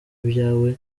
ibyawe